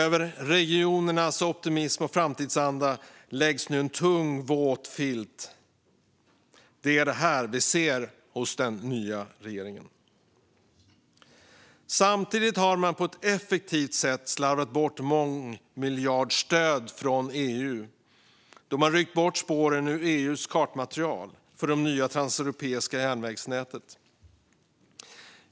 Över regionernas optimism och framtidsanda läggs nu en tung, våt filt. Det är det här vi ser hos den nya regeringen. Samtidigt har man på ett effektivt sätt slarvat bort mångmiljardstöd från EU då man ryckt bort spåren ur EU:s kartmaterial för det nya transeuropeiska järnvägsnätet.